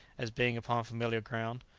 as being upon familiar ground?